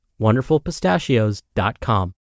WonderfulPistachios.com